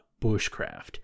bushcraft